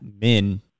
men